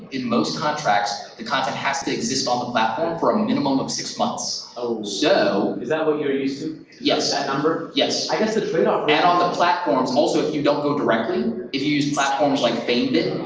in most contracts, the content has to exist on the platform for a minimum of six months, so is that what you're used to? yes. that number? yes. i guess the trade-off and on the platforms. also, if you don't go directly, if you use platforms like famebit,